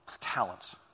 talents